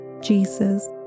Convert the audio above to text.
Jesus